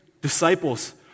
disciples